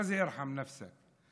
מה זה ארחם נפשכ?